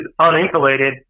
uninsulated